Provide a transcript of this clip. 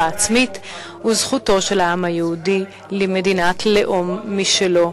עצמית וזכותו של העם היהודי למדינת לאום משלו,